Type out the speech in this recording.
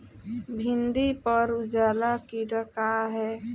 भिंडी पर उजला कीड़ा का है?